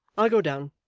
i'll go down.